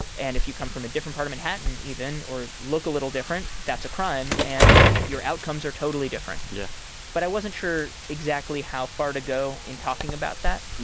and if you come from a different part of manhattan, even, or look a little different, that's a crime, and your outcomes are totally different yeah but i wasn't sure exactly how far to go in talking about that.